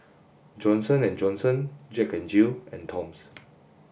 Johnson and Johnson Jack N Jill and Toms